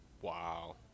Wow